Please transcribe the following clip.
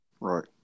Right